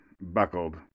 buckled